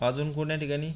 अजून कोण्या ठिकाणी